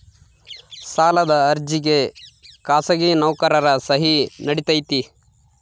ಸಾಲದ ಅರ್ಜಿಗೆ ಖಾಸಗಿ ನೌಕರರ ಸಹಿ ನಡಿತೈತಿ?